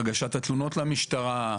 הגשת התלונות למשטרה.